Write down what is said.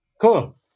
cool